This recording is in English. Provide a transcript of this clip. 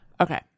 Okay